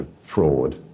fraud